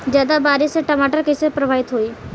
ज्यादा बारिस से टमाटर कइसे प्रभावित होयी?